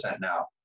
now